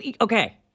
okay